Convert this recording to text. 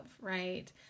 right